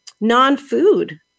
non-food